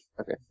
Okay